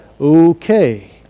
okay